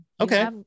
okay